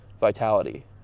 vitality